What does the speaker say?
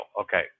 Okay